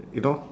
you know